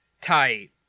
tight